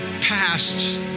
past